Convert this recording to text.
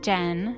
Jen